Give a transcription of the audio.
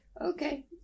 Okay